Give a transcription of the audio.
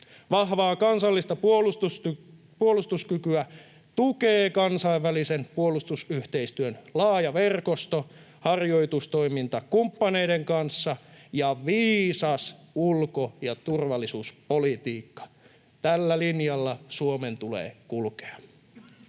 Vahvaa kansallista puolustuskykyä tukee kansainvälisen puolustusyhteistyön laaja verkosto, harjoitustoiminta kumppaneiden kanssa ja viisas ulko- ja turvallisuuspolitiikka. Tällä linjalla Suomen tulee kulkea.